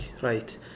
Right